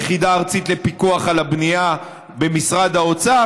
היחידה הארצית לפיקוח על הבנייה במשרד האוצר.